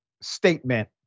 statement